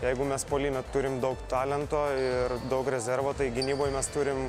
jeigu mes puolime turim daug talento ir daug rezervo tai gynyboj mes turim